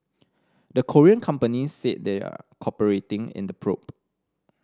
the Korean companies said they're cooperating in the probe